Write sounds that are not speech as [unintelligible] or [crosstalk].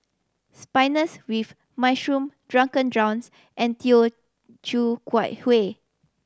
Spinals with mushroom drunken [unintelligible] and teochew Kuat Hueh